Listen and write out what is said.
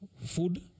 food